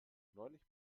neulich